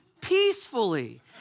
peacefully